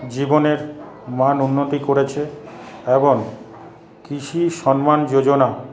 জীবনের মান উন্নতি করেছে এবং কৃষি সম্মান যোজনা